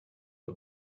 the